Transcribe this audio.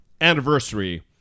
anniversary